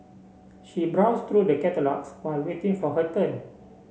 she browsed through the catalogues while waiting for her turn